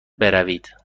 بروید